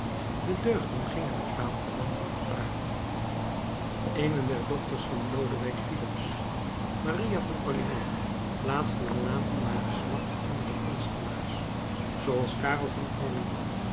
de deugden gingen er aan talenten gepaard eene der dochters van lodewijk filips maria van orleans plaatste den naam van haar geslacht onder de kunstenaars zooals karel van